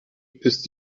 ist